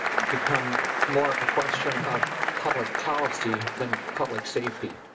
become more a question of public policy than public safety.